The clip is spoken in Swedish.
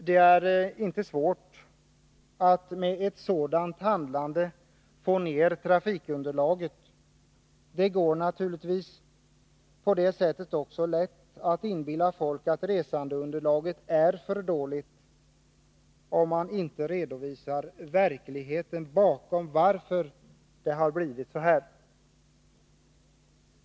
Det är inte svårt att med ett sådant handlande få ner trafikunderlaget. Det går naturligtvis också lätt att inbilla folk att resandeunderlaget är för dåligt, om man inte redovisar den verklighet som lett till att det har blivit så.